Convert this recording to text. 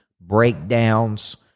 breakdowns